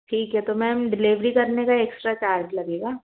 ठीक है तो मैम डिलीवरी करने का एक्स्ट्रा चार्ज लगेगा